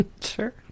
Sure